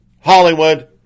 Hollywood